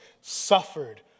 suffered